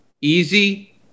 easy